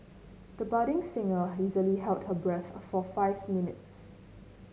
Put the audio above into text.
the budding singer easily held her breath a for five minutes